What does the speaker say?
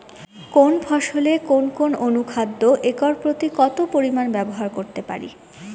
কোন ফসলে কোন কোন অনুখাদ্য একর প্রতি কত পরিমান ব্যবহার করতে পারি?